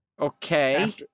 Okay